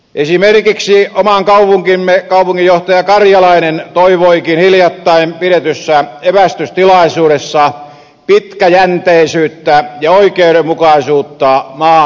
esimerkiksi oman kaupunkimme kaupunginjohtaja karjalainen toivoikin hiljattain pidetyssä evästystilaisuudessa pitkäjänteisyyttä ja oikeudenmukaisuutta maan kuntapolitiikkaan